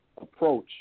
approach